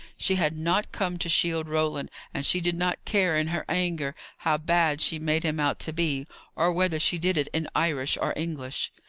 she had not come to shield roland and she did not care, in her anger, how bad she made him out to be or whether she did it in irish or english.